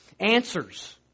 answers